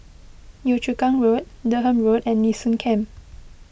Yio Chu Kang Road Durham Road and Nee Soon Camp